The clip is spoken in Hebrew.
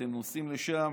אתם נוסעים לשם